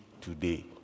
today